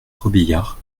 robiliard